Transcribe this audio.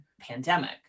pandemic